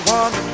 one